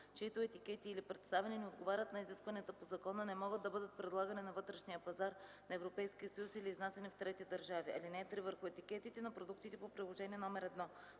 чиито етикети или представяне не отговарят на изискванията по закона, не могат да бъдат предлагани на вътрешния пазар на Европейския съюз или изнасяни в трети държави. (3) Върху етикетите на продуктите по Приложение № 1,